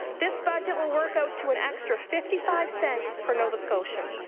this budget will work out to an extra fifty five cents per nova scotian.